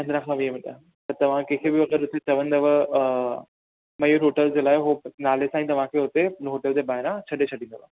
पंद्रहं खां वीह मिंट त तव्हां कंहिंखे बि अगरि हुते चवंदव अ मयूर होटल जे लाइ उहो नाले सां ई तव्हां खे हुते होटल जे ॿाहिरां छॾे छॾींदो